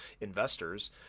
investors